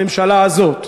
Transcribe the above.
הממשלה הזאת,